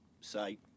say